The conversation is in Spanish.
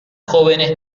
jóvenes